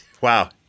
wow